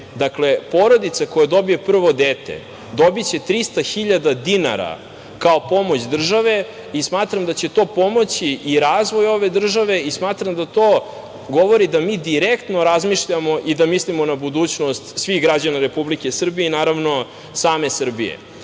dete. Dakle, porodica koja dobije prvo dete dobiće 300.000 dinara, kao pomoć države i smatram da će to pomoći i razvoju ove države i smatram da to govori da mi direktno razmišljamo i da mislimo na budućnost svih građana Republike Srbije i naravno same Srbije. Ali